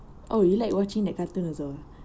oh you like watching that cartoon also ah